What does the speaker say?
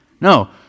No